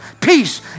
peace